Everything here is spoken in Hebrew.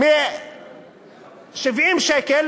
מ-70 שקלים